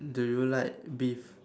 do you like beef